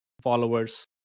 followers